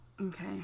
Okay